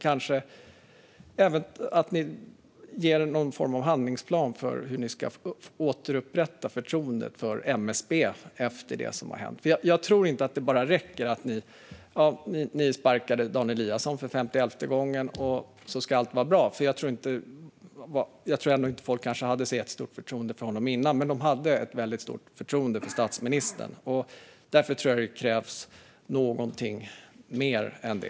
Kanske skulle ni komma med en form av handlingsplan för hur ni ska återupprätta förtroendet för MSB efter det som har hänt. Jag tror inte att det räcker att ni har sparkat Dan Eliasson för femtielfte gången, och att allt sedan ska vara bra. Jag tror att folk kanske ändå inte hade särskilt stort förtroende för honom. Men de hade stort förtroende för statsministern. Därför tror jag att det krävs någonting mer.